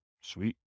Sweet